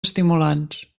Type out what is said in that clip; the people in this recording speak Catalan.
estimulants